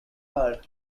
her